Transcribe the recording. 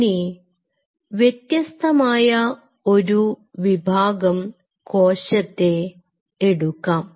ഇനി വ്യത്യസ്തമായ ഒരു വിഭാഗം കോശത്തെ എടുക്കാം